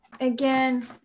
again